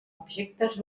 objectes